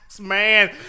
Man